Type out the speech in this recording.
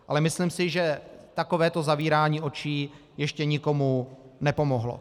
Ale myslím si, že takovéto zavírání očí ještě nikomu nepomohlo.